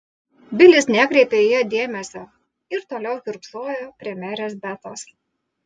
bilis nekreipė į ją dėmesio ir toliau kiurksojo prie merės betos